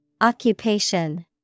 Occupation